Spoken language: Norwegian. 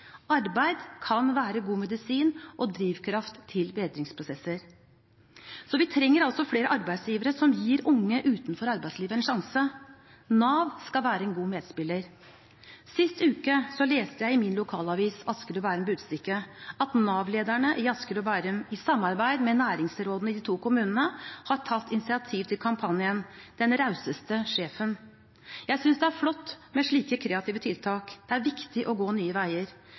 Arbeid kan være god medisin og drivkraft til bedringsprosesser. Så vi trenger altså flere arbeidsgivere som gir unge utenfor arbeidslivet en sjanse. Nav skal være en god medspiller. Sist uke leste jeg i min lokalavis, Asker og Bærums Budstikke, at Nav-lederne i Asker og Bærum i samarbeid med næringsrådene i de to kommunene har tatt initiativ til kampanjen «Den rauseste sjefen». Jeg synes det er flott med slike kreative tiltak, det er viktig å gå nye veier.